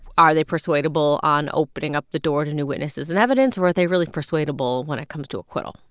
are they persuadable on opening up the door to new witnesses and evidence? or are they really persuadable when it comes to acquittal?